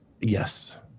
Yes